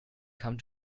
come